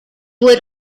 would